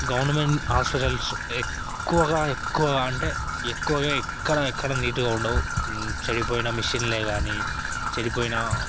government hospitals ఎక్కువగా ఎక్కువగా అంటే ఎక్కువగా ఎక్కడ ఎక్కడ నీట్గా ఉండవు చెడిపోయిన మిషన్లే కానీ చెడిపోయిన